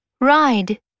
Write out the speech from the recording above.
ride